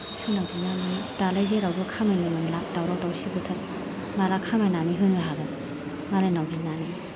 सोरनाव बिना मोननो दालाय जेरावबो खामायनो मोनला दावराव दावसि बोथोर माला खामायनानै होनो हागोन मालायनाव बिनानै